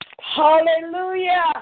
hallelujah